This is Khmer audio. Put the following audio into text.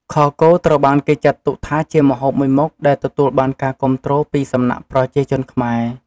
ខគោត្រូវបានគេចាត់ទុកថាជាម្ហូបមួយមុខដែលទទួលបានការគាំទ្រពីសំណាក់ប្រជាជនខ្មែរ។